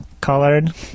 colored